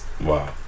wow